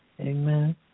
Amen